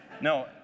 no